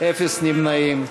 אין נמנעים.